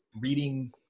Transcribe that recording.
reading